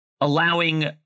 Allowing